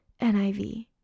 NIV